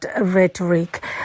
rhetoric